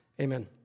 amen